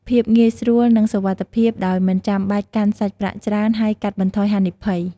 ភាពងាយស្រួល និងសុវត្ថិភាពដោយមិនចាំបាច់កាន់សាច់ប្រាក់ច្រើន ហើយកាត់បន្ថយហានិភ័យ។